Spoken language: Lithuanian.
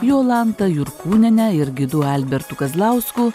jolanta jurkūniene ir gidu albertu kazlausku